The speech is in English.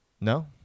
No